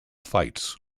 fights